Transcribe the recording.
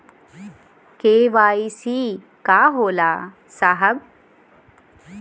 KYC का होला साहब?